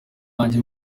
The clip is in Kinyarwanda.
yanjye